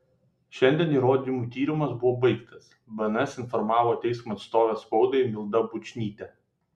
šiandien įrodymų tyrimas buvo baigtas bns informavo teismo atstovė spaudai milda bučnytė